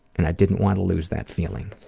and i didn't want to lose that feeling.